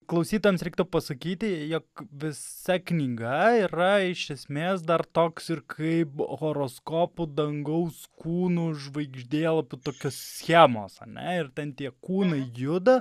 klausytojams reiktų pasakyti jog visa knyga yra iš esmės dar toks ir kaip horoskopų dangaus kūnų žvaigždėlapių tokios schemos a ne ir ten tie kūnai juda